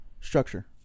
structure